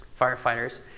firefighters